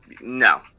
No